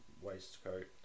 waistcoat